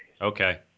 Okay